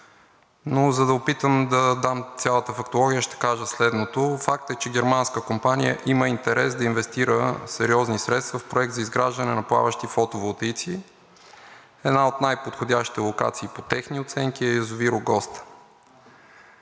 но за да опитам да дам цялата фактология, ще кажа следното. Факт е, че германска компания има интерес да инвестира сериозни средства в Проект за изграждане на плаващи фотоволтаици. Една от най-подходящите локации по техни оценки е язовир